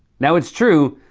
now, it's true,